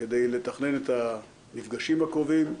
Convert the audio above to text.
כדי לתכנן את המפגשים הקרובים.